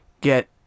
get